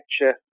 lecture